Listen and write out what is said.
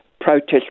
protest